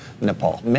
Nepal